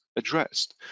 addressed